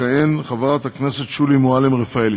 תכהן חברת הכנסת שולי מועלם-רפאלי.